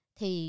Thì